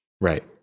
Right